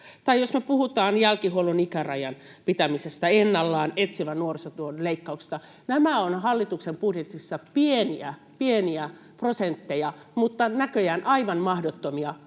Tai jos me puhutaan jälkihuollon ikärajan pitämisestä ennallaan, etsivän nuorisotyön leikkauksesta, nämä ovat hallituksen budjetissa pieniä, pieniä prosentteja mutta näköjään aivan mahdottomia, kun taas